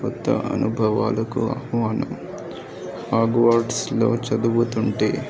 కొత్త అనుభవాలకు ఆహ్వాను ఆగవాార్డ్స్లో చదువుతుంటే